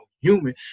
human